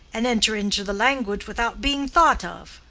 and enter into the language without being thought of.